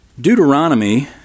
Deuteronomy